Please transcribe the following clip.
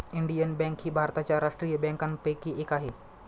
Indian bank ही भारताच्या राष्ट्रीय बँकांपैकी एक आहे